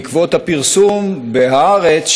הוא בעקבות הפרסום ב"הארץ",